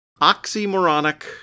oxymoronic